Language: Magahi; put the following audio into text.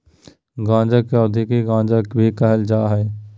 गांजा के औद्योगिक गांजा भी कहल जा हइ